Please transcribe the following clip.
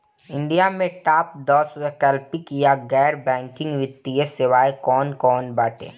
India में top दस वैकल्पिक या गैर बैंकिंग वित्तीय सेवाएं कौन कोन बाटे?